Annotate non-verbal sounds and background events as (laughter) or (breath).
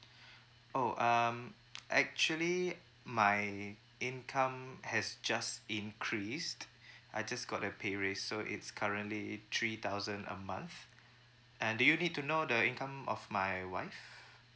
(breath) oh um actually my income has just increased (breath) I just got a pay raise so it's currently three thousand a month and do you need to know the income of my wife